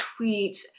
tweets